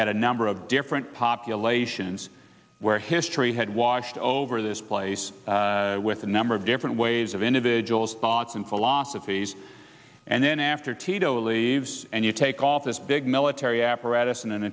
had a number of different populations where history had washed over this place with a number of different ways of individuals thoughts and philosophies and then after tito it leaves and you take all this big military apparatus